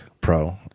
pro